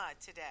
today